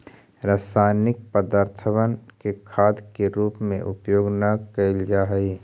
रासायनिक पदर्थबन के खाद के रूप में उपयोग न कयल जा हई